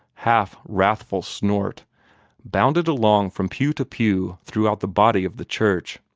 half wrathful snort bounded along from pew to pew throughout the body of the church.